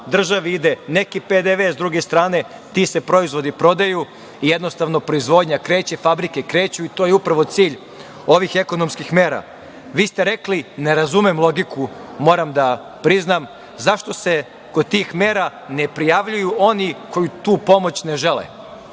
Državi ide neki PDV, s druge strane ti se proizvodi prodaju. Jednostavno proizvodnja kreće, fabrike kreću i to je upravo cilj ovih ekonomskih mera. Vi ste rekli – ne razumem logiku, moram da priznam zašto se kod tih mera ne prijavljuju oni koji tu pomoć ne žele.